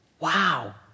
Wow